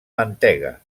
mantega